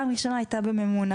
פעם ראשונה הייתה במימונה.